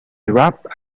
rubbed